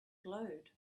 glowed